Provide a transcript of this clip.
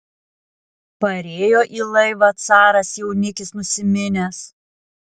parėjo į laivą caras jaunikis nusiminęs